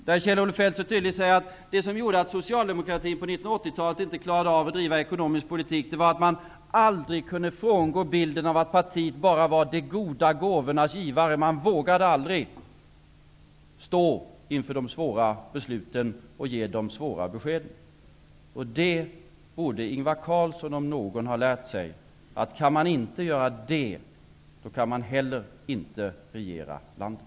Han har sagt att det som gjorde att Socialdemokratin på 80-talet inte klarade av att driva ekonomisk politik var att man aldrig kunde frångå bilden av att partiet bara var de goda gåvornas givare. Man vågade aldrig stå inför de svåra besluten och ge de svåra beskeden. Det borde Ingvar Carlsson om någon ha lärt sig, att kan man inte göra det, då kan man heller inte regera landet.